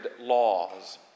laws